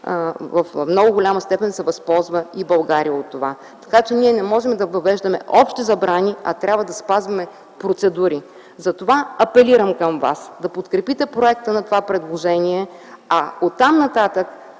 в много голяма степен и България се възползва. Ние не можем да въвеждаме общи забрани, а трябва да спазваме процедури. Апелирам към вас да подкрепите проекта на това предложение. Оттам нататък